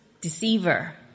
Deceiver